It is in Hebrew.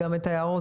ההערות.